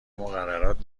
مقررات